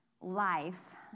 life